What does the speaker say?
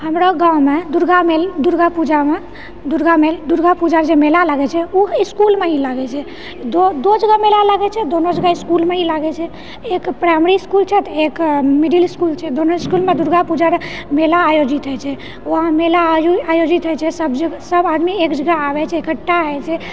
हमरा गाँवमे दुर्गामे दुर्गापूजामे दुर्गा मेल दुर्गापूजाके जे मेला लागैछे ओ इसकुलमे हि लागैछेै दू दू जगह मेला लागैछेै दोनो जगह इसकुलमे ही लागैछेै एक प्राइमरी इसकुल छै तऽ एक मिडिल इसकुल छै दोनो इसकुलमे दुर्गापूजाके मेला आयोजित होइछेै वहाँ मेला आयोजित होइछेै सब्ज सब आदमी एकजगह आबैछेै इकठ्ठा होइछेै